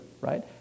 right